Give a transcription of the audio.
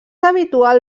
habitual